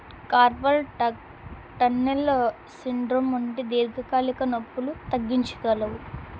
కార్బర్ టక్ టన్నెల్లో సిండ్రోమ్ నుండి దీర్ఘకాలిక నొప్పులు తగ్గించగలవు